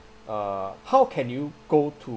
uh how can you go to